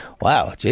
wow